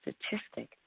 statistic